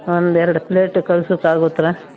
ಒಂದರಡು plate ಕಳಿಸೋಕ್ಕಾಗುತ್ರ